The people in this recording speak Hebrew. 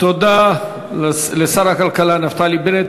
תודה לשר הכלכלה נפתלי בנט.